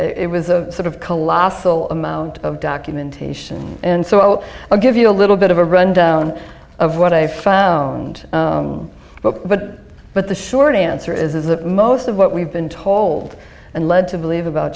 it was a sort of colossal amount of documentation and so i'll give you a little bit of a rundown of what i found but but but the short answer is that most of what we've been told and led to believe about